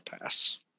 pass